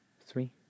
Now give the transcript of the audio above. three